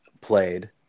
played